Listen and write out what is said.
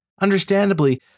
Understandably